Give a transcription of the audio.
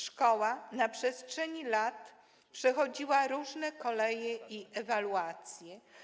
Szkoła na przestrzeni lat przechodziła różne koleje i ewaluacje.